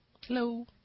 Hello